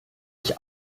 ich